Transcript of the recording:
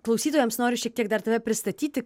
klausytojams noriu šiek tiek dar tave pristatyti